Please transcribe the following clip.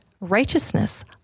righteousness